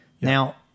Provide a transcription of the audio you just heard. Now